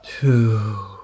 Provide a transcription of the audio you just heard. two